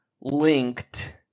linked